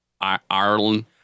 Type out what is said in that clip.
Ireland